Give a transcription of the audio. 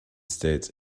states